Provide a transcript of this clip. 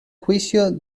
juicio